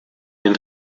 den